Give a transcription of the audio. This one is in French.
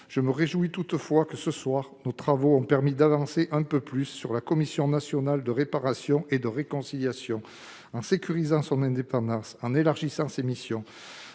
Je me réjouis que nos travaux nous aient permis d'avancer un peu plus sur la commission nationale de réparation et de conciliation, en sécurisant son indépendance et en élargissant ses missions.